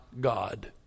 God